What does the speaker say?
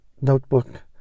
notebook